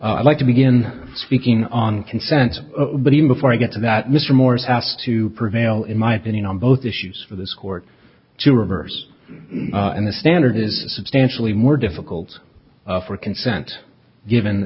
i'd like to begin speaking on consent but even before i get to that mr morris asked to prevail in my opinion on both issues for this court to reverse and the standard is substantially more difficult for consent given